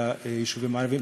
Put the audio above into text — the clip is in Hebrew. ביישובים הערביים,